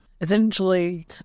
Essentially